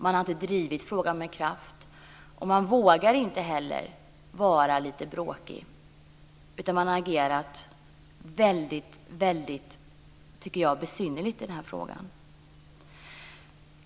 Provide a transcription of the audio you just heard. Man har inte drivit frågan med kraft, och man vågar inte vara lite bråkig. Jag tycker att man har agerat väldigt besynnerligt i den här frågan.